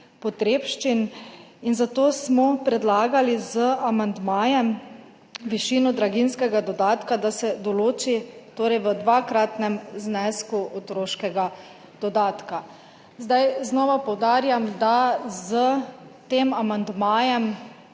potrebščin. Zato smo predlagali z amandmajem višino draginjskega dodatka, da se določi torej v dvakratnem znesku otroškega dodatka. Znova poudarjam, da s tem amandmajem